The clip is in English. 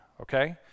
Okay